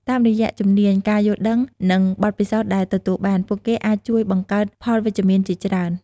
តាមរយៈជំនាញ ការយល់ដឹង និងបទពិសោធន៍ដែលទទួលបាន ពួកគេអាចជួយបង្កើតផលវិជ្ជមានជាច្រើន។